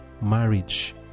marriage